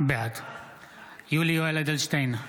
בעד יולי יואל אדלשטיין,